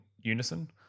unison